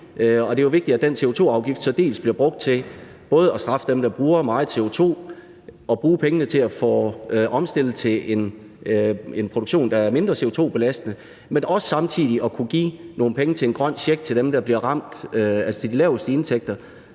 det er jo vigtigt, at den CO2-afgift så bliver brugt til at straffe dem, der udleder meget CO2 – og at pengene bruges til at få omstillet til en produktion, der er mindre CO2-belastende – men at vi også samtidig kunne give nogle penge til en grøn check til dem, der bliver ramt, altså dem med de laveste indtægter,